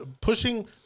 pushing